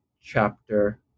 chapter